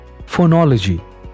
phonology